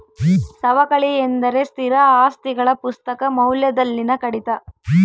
ಸವಕಳಿ ಎಂದರೆ ಸ್ಥಿರ ಆಸ್ತಿಗಳ ಪುಸ್ತಕ ಮೌಲ್ಯದಲ್ಲಿನ ಕಡಿತ